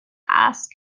ask